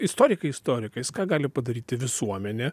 istorikai istorikais ką gali padaryti visuomenė